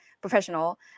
professional